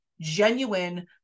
genuine